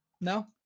no